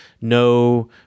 no